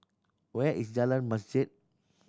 where is Jalan Masjid